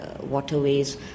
waterways